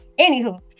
anywho